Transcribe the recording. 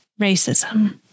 racism